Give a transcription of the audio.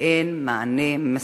ואין מענה מספיק.